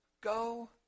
Go